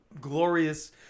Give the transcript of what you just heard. glorious